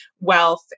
wealth